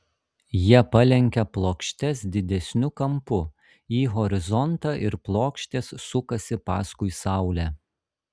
jie palenkia plokštes didesniu kampu į horizontą ir plokštės sukasi paskui saulę